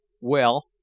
Well